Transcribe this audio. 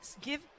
Give